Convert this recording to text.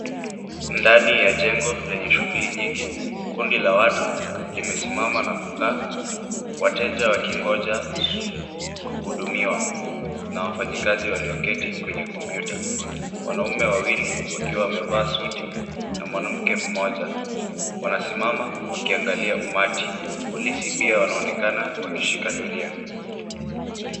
Ndani ya jengo lenye shughuli nyingi . Kundi la watu limesimama na kukaa wateja wakingonja kuhudumiwa na wafanyikazi walioketi kwenye kompyuta. Wanaume wawili wakiwa wamevaa suti na mwanamke mmoja . Wanasimama wakiangalia umati. Polisi pia wanaonekana wakishika doria.